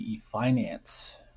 finance